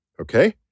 okay